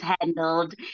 handled